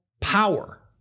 power